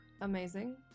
Amazing